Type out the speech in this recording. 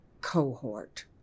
cohort